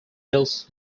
hills